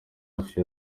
hafi